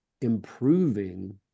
improving